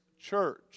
church